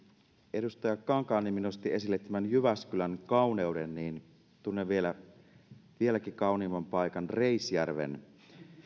edustaja kankaanniemi nosti esille tämän jyväskylän kauneuden minä tunnen vieläkin kauniimman paikan reisjärven